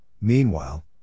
meanwhile